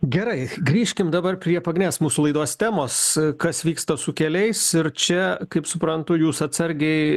gerai grįžkim dabar prie pagrindinės mūsų laidos temos kas vyksta su keliais ir čia kaip suprantu jūs atsargiai